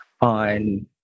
on